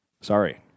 Sorry